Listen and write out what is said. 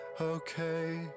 okay